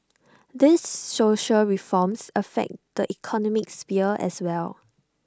these social reforms affect the economic sphere as well